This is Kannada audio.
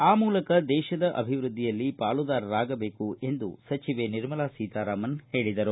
ಆ ಮೂಲಕ ದೇಶದ ಅಭಿವೃದ್ಧಿಯಲ್ಲಿ ಪಾಲುದಾರರಾಗಬೇಕು ಎಂದು ಸಚಿವೆ ನಿರ್ಮಲಾ ಸೀತಾರಾಮನ್ ಹೇಳಿದರು